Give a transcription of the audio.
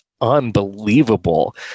unbelievable